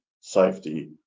safety